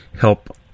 help